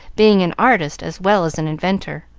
being an artist as well as an inventor.